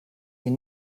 hier